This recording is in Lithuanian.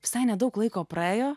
visai nedaug laiko praėjo